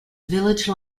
village